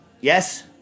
Yes